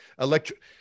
electric